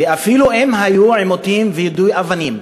ואפילו אם היו עימותים ויידויי אבנים,